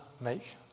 make